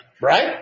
Right